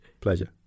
Pleasure